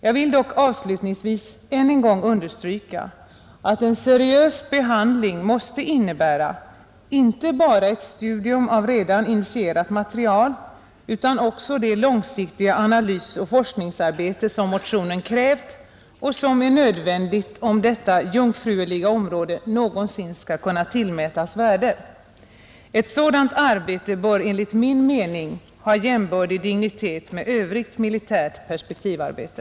Jag vill dock avslutningsvis än en gång understryka att en seriös behandling måste innebära inte bara ett studium av redan initierat material utan också det långsiktiga analysoch forskningsarbete som motionen krävt och som är nödvändigt om detta ”jungfruliga” område någonsin skall kunna tillmätas värde. Ett sådant arbete bör enligt min mening ha jämbördig dignitet med övrigt militärt perspektivarbete.